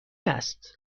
است